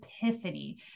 epiphany